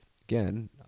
Again